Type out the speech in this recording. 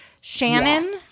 Shannon